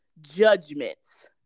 judgments